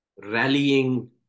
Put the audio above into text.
Rallying